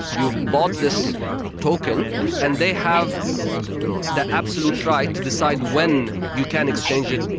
you bought this token and they have the absolute right to decide when you can exchange it.